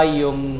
yung